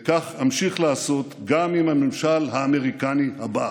וכך אמשיך לעשות גם עם הממשל האמריקני הבא.